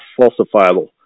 falsifiable